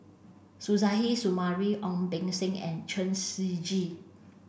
Suzairhe Sumari Ong Beng Seng and Chen Shiji